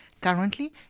Currently